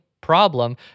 problem